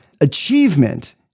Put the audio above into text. achievement